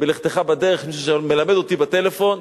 "ובלכתך בדרך", מישהו שמלמד אותי בטלפון.